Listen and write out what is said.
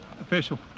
Official